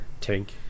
...tank